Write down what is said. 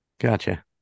Gotcha